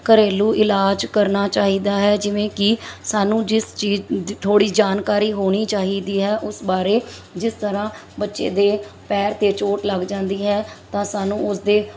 ਘਰੇਲੂ ਇਲਾਜ ਕਰਨਾ ਚਾਹੀਦਾ ਹੈ ਜਿਵੇਂ ਕਿ ਸਾਨੂੰ ਜਿਸ ਚੀਜ਼ ਥੋੜ੍ਹੀ ਜਾਣਕਾਰੀ ਹੋਣੀ ਚਾਹੀਦੀ ਹੈ ਉਸ ਬਾਰੇ ਜਿਸ ਤਰ੍ਹਾਂ ਬੱਚੇ ਦੇ ਪੈਰ 'ਤੇ ਚੋਟ ਲੱਗ ਜਾਂਦੀ ਹੈ ਤਾਂ ਸਾਨੂੰ ਉਸਦੇ